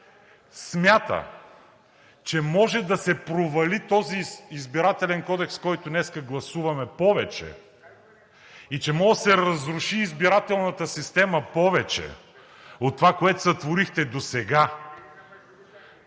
смята, че може да се провали този Изборен кодекс, който днес гласуваме, повече и че може да се разруши избирателната система повече от това, което сътворихте досега,